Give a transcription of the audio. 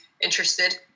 interested